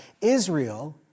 Israel